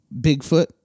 Bigfoot